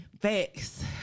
Facts